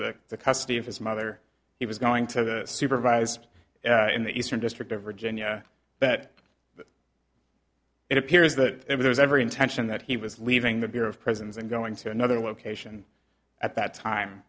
the custody of his mother he was going to supervised in the eastern district of virginia that it appears that it was every intention that he was leaving the bureau of prisons and going to another location at that time